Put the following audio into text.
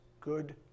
good